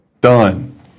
Done